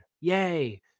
Yay